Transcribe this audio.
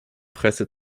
presse